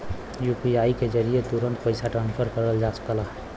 UPI के जरिये तुरंत पइसा ट्रांसफर करल जा सकला